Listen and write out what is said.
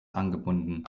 angebunden